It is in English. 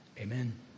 Amen